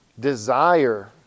desire